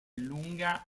lunga